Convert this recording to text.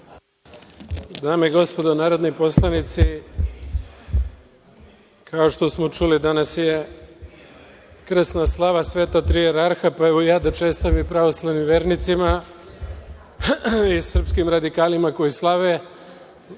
Dame i gospodo narodni poslanici, kao što smo čuli, danas je krsna slava Sveta Tri Jerarha, pa evo i ja da čestitam pravoslavnim vernicima i srpskim radikalima koji slave.